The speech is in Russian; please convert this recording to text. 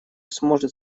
сможет